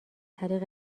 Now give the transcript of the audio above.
طریق